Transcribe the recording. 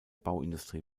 bauindustrie